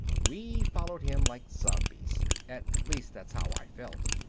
we followed him like zombies. at least that's how i felt.